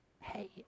hey